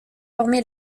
formé